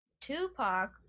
Tupac